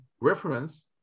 reference